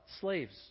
Slaves